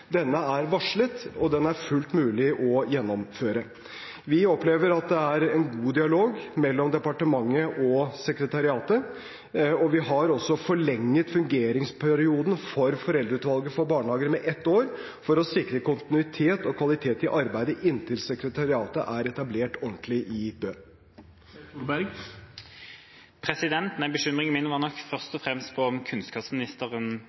Denne er varslet, og den er fullt mulig å gjennomføre. Vi opplever at det er en god dialog mellom departementet og sekretariatet, og vi har også forlenget fungeringsperioden for Foreldreutvalget for barnehager med ett år for å sikre kontinuitet og kvalitet i arbeidet inntil sekretariatet er ordentlig etablert i Bø. Bekymringen min handler først og fremst om hvorvidt kunnskapsministeren